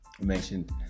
mentioned